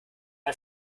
ein